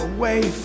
away